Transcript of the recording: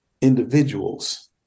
individuals